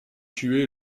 tué